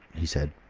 he said.